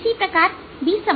इसी प्रकार B